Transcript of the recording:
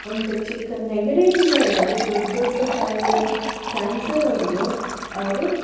ಒಂದು ಚಿಕ್ಕ ನೆಗಡಿಯಿಂದ ಹಿಡಿದು ದೊಡ್ಡ ದೊಡ್ಡ ಕಾಯಿಲೆ ಕ್ಯಾನ್ಸರ್ವರೆಗೂ ಅವರು